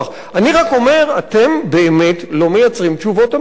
אני רק אומר, אתם באמת לא מייצרים תשובות אמיתיות.